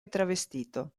travestito